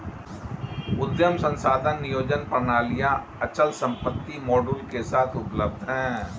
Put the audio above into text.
उद्यम संसाधन नियोजन प्रणालियाँ अचल संपत्ति मॉड्यूल के साथ उपलब्ध हैं